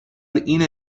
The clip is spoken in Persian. اینه